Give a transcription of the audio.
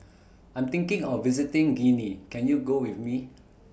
I'm thinking of visiting Guinea Can YOU Go with Me